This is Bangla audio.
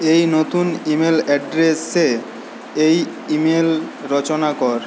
এই নতুন ইমেল অ্যাড্রেসে এই ইমেল রচনা কর